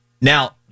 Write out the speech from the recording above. Now